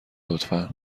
لطفا